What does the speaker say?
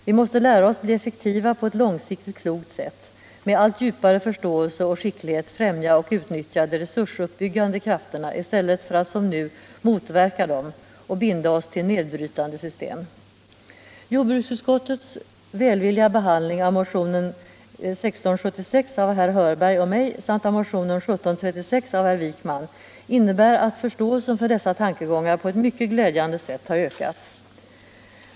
Vi måste lära oss att bli effektiva på ett långsiktigt, klokt sätt och att med allt djupare förståelse och skicklighet främja och utnyttja de resursuppbyggande krafterna i stället för att som nu motverka dem och binda oss till nedbrytande system. Jordbruksutskottets välvilliga behandling av motionen 1676 av herr Hörberg och mig samt av motionen 1736 av herr Wijkman innebär att förståelsen för dessa tankegångar på ett mycket glädjande sätt har ökat.